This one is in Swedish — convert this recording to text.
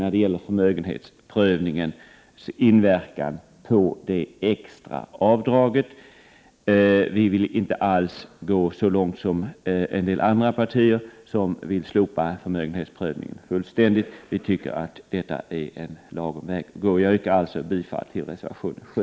när det gäller förmögenhetens inverkan på det extra avdraget. Vi Da os Vvillinte alls gå så långt som en del partier, som vill slopa förmögenhetsprövningen fullständigt. Vi tycker att detta är en lagom väg att gå. Jag yrkar än en gång bifall till reservation 7.